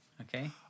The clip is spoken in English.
Okay